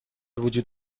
وجود